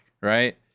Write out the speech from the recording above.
right